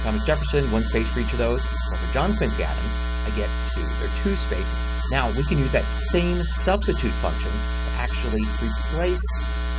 thomas jefferson, one space for each of those. but for john quincy adams i get two. there are two spaces. now we can use that same substitute function to actually replace